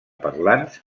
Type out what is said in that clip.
parlants